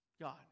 God